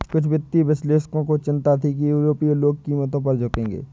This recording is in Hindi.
कुछ वित्तीय विश्लेषकों को चिंता थी कि यूरोपीय लोग कीमतों पर झुकेंगे